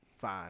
fine